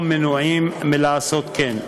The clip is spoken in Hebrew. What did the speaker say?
או מנועים מלעשות כן".